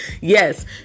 yes